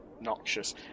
noxious